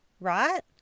right